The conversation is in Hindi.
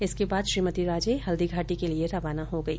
इसके बाद श्रीमती राजे हल्दीघाटी के लिए रवाना हो गई